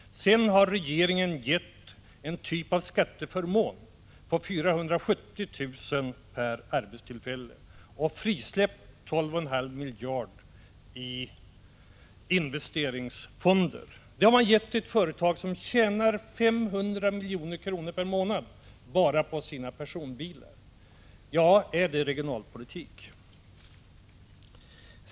Sedan har regeringen gett en typ av skatteförmån om 470 000 kr. per arbetstillfälle och frisläppt 12.5 miljarder kronor i investeringsfonder. Det har man gett till ett företag som tjänar 500 milj.kr. per månad bara på sina personbilar. Är det regionalpolitik?